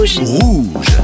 Rouge